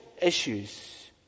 issues